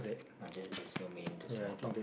no there's there's no meaning to small talk